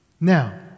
Now